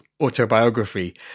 autobiography